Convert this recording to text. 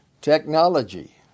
technology